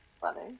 Funny